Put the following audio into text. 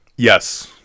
yes